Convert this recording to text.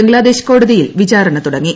ബംഗ്ലാദേശ് കോടതിയിൽ വിചാരണ തുടങ്ങി